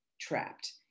trapped